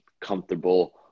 comfortable